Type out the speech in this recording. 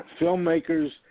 filmmakers